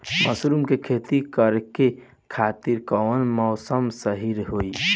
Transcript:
Mushroom के खेती करेके खातिर कवन मौसम सही होई?